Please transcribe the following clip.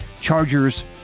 Chargers